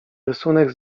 rysunek